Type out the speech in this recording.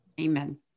Amen